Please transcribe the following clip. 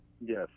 yes